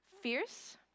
Fierce